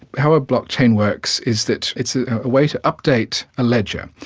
how a blockchain works is that it's a way to update a ledger.